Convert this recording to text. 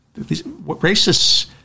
Racists